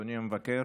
אדוני המבקר,